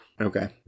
okay